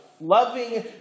loving